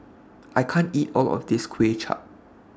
I can't eat All of This Kuay Chap